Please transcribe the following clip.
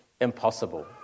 impossible